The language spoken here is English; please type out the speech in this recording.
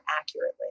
accurately